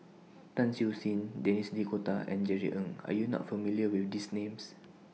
Tan Siew Sin Denis D'Cotta and Jerry Ng Are YOU not familiar with These Names